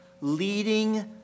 leading